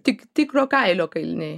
tik tikro kailio kailiniai